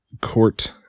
Court